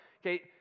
Okay